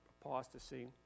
apostasy